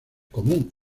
común